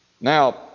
Now